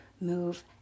move